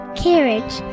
carriage